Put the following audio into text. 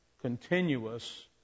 continuous